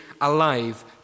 alive